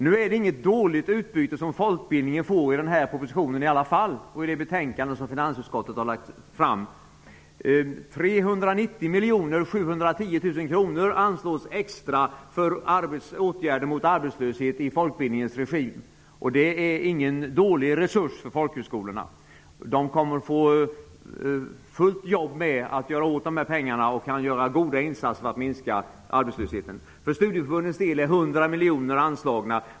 Nu är det inget dåligt utbyte som folkbildningen får i alla fall. 390 710 000 kr anslås extra för åtgärder mot arbetslöshet i folkbildningens regi. Det är ingen dålig resurs för folkhögskolorna. De kommer att få fullt jobb med att göra sig av med pengarna för att genom goda insatser minska arbetslösheten. För studieförbundens del är 100 miljoner anslagna.